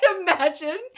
imagine